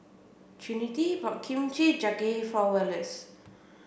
Trinity bought Kimchi Jjigae for Wallace